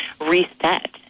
reset